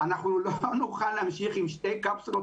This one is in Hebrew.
אנחנו לא נוכל להמשיך עם שתי קפסולות